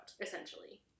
essentially